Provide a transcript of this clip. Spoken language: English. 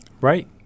Right